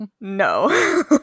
No